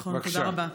נכון, תודה רבה.